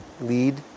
lead